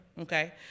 Okay